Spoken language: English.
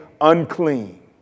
unclean